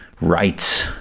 rights